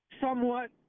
Somewhat